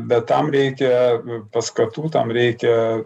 bet tam reikia paskatų tam reikia